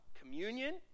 communion